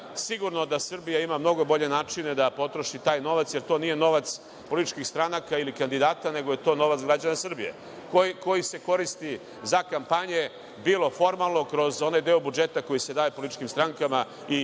Sigurno da Srbija ima mnogo bolje načine da potroši taj novac, jer to nije novac političkih stranaka ili kandidata, nego je to novac građana Srbije, koji se koristi za kampanje, bilo formalno kroz onaj deo budžeta koji se daje političkim strankama i